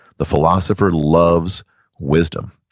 the philosopher loves wisdom,